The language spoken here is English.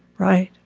right.